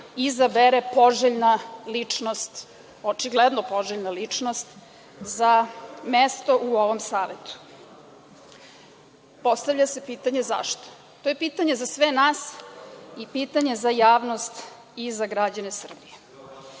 izabere poželjna ličnost, očigledno poželjna ličnost, za mesto u ovom savetu. Postavlja se pitanje – zašto? To je pitanje za sve nas i pitanje za javnost i za građane Srbije.Zašto